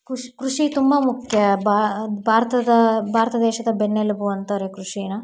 ಖುಷಿ ಕೃಷಿ ತುಂಬ ಮುಖ್ಯ ಭಾರತದ ಭಾರತ ದೇಶದ ಬೆನ್ನೆಲುಬು ಅಂತಾರೆ ಕೃಷಿನ